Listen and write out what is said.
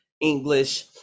English